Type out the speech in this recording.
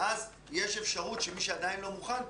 ואז יש אפשרות שמי שעדיין לא מוכן,